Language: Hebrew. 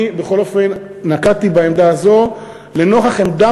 אני בכל אופן נקטתי את העמדה הזאת לנוכח עמדה